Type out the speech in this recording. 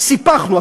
סיפחנו.